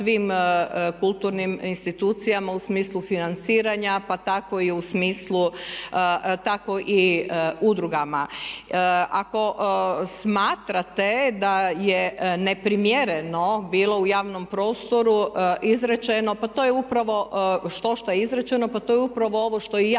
svim kulturnim institucijama u smislu financiranja pa tako i u smislu, tako i u udrugama. Ako smatrate da je neprimjereno bilo u javnom prostoru izrečeno, štošta izrečeno, pa to je upravo ovo što i ja